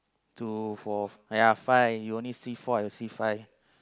two four !aiya! five you only see four I will see five